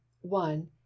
one